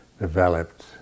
developed